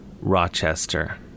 Rochester